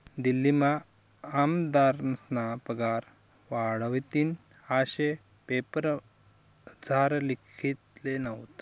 दिल्लीमा आमदारस्ना पगार वाढावतीन आशे पेपरमझार लिखेल व्हतं